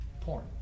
porn